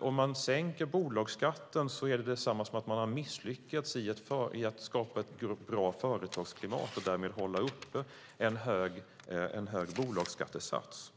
om man sänker bolagsskatten är det detsamma som att man har misslyckats med att skapa ett bra företagsklimat och därmed hålla uppe en hög bolagsskattesats.